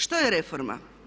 Što je reforma?